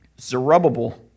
Zerubbabel